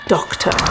Doctor